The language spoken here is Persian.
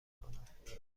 کنم